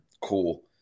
Cool